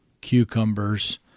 cucumbers